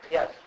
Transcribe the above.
Yes